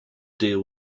deal